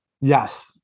Yes